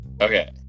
Okay